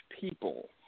people